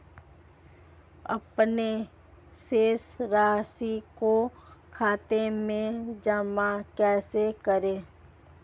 अपने शेष राशि को खाते में जमा कैसे करें?